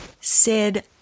Sid